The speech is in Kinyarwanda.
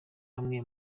bamwe